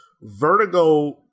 Vertigo